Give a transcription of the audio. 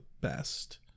best